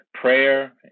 Prayer